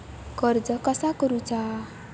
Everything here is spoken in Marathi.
कर्ज कसा करूचा?